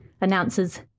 announces